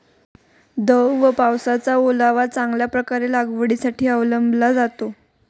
दव व पावसाचा ओलावा चांगल्या प्रकारे लागवडीसाठी अवलंबला जातो